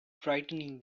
frightening